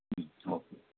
ಹ್ಞೂ ಓಕೆ